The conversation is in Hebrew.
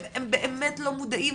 הם באמת לא מודעים,